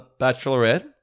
Bachelorette